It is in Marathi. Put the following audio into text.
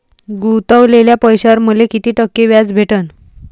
गुतवलेल्या पैशावर मले कितीक टक्के व्याज भेटन?